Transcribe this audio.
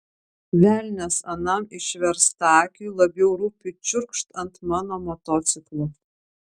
velnias anam išverstakiui labiau rūpi čiurkšt ant mano motociklo